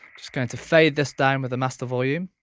just going to fade this down with the master volume